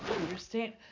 understand